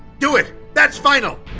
do it! that's final!